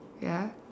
ya